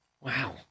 Wow